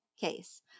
case